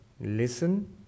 listen